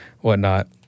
whatnot